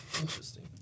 interesting